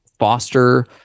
Foster